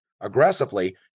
aggressively